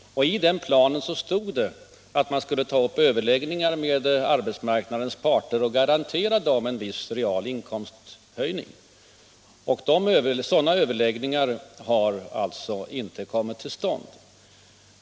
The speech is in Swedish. I den planen står det att man skulle ta upp överläggningar med arbetsmarknadens parter och garantera dem en viss real inkomsthöjning. Sådana överläggningar har inte kommit till stånd.